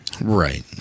Right